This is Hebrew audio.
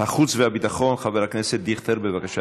החוץ והביטחון חבר הכנסת דיכטר, בבקשה,